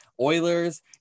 Oilers